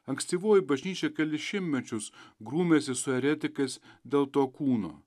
ankstyvoji bažnyčia kelis šimmečius grūmėsi su eretikais dėl to kūno